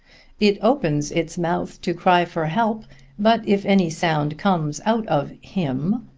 it opens its mouth to cry for help but if any sound comes out of him,